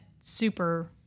super